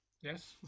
Yes